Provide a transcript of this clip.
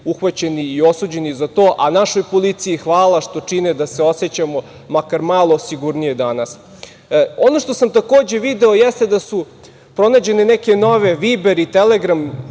uhvaćeni i osuđeni za to, a našoj policiji hvala što čine da se osećamo makar malo sigurnije danas. Ono što sam takođe video jeste da su pronađene neke nove Viber i Telegram